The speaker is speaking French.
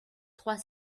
trois